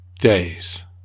days